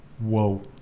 whoa